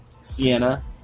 Sienna